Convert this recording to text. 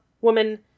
woman